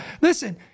listen